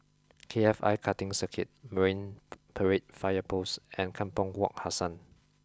K F I Karting Circuit Marine Parade Fire Post and Kampong Wak Hassan